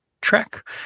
track